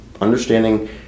understanding